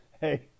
Hey